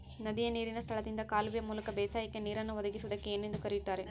ನದಿಯ ನೇರಿನ ಸ್ಥಳದಿಂದ ಕಾಲುವೆಯ ಮೂಲಕ ಬೇಸಾಯಕ್ಕೆ ನೇರನ್ನು ಒದಗಿಸುವುದಕ್ಕೆ ಏನೆಂದು ಕರೆಯುತ್ತಾರೆ?